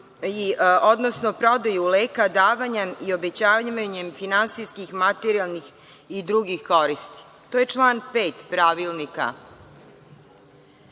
odnosno prodaju leka, davanja i obećavanjem finansijskih, materijalnih i drugih koristi, to je član 5. Pravilnika. Ono